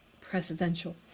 presidential